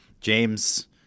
James